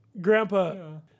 Grandpa